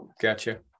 gotcha